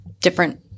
Different